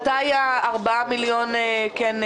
אני רק רוצה לחדד מתי 4 מיליון כן?